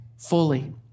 Fully